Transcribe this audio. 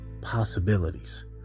possibilities